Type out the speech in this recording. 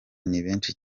nibenshi